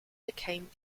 became